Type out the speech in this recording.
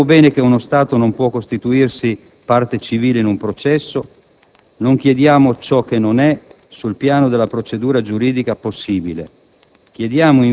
Sappiamo bene che uno Stato non può costituirsi parte civile in un processo. Non chiediamo ciò che sul piano della procedura giuridica non è possibile.